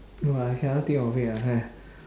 no lah I cannot think of it lah